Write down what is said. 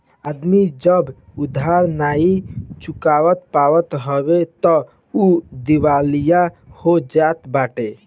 आदमी जब उधार नाइ चुका पावत हवे तअ उ दिवालिया हो जात बाटे